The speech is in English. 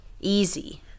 easy